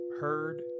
heard